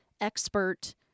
expert